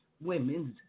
women's